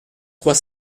trois